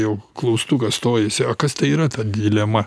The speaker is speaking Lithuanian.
jau klaustukas stojasi o kas tai yra ta dilema